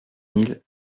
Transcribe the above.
mille